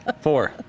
Four